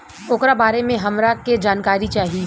ओकरा बारे मे हमरा के जानकारी चाही?